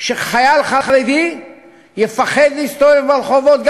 שחייל חרדי יפחד להסתובב ברחובות,